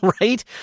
right